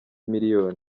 miliyoni